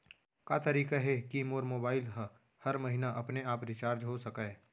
का तरीका हे कि मोर मोबाइल ह हर महीना अपने आप रिचार्ज हो सकय?